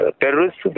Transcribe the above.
terrorists